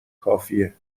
کافیه